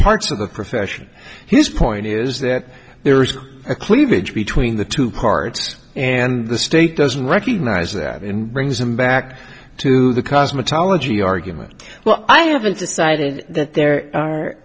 parts of the profession his point is that there is a cleavage between the two parts and the state doesn't recognise that in brings him back to the cosmetology argument well i haven't decided that there are